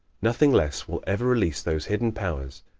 nothing less will ever release those hidden powers,